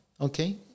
okay